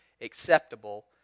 acceptable